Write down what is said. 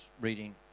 reading